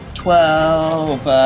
twelve